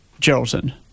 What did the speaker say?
Geraldton